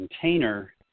container